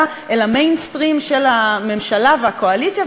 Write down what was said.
אל ה"מיינסטרים" של הממשלה והקואליציה,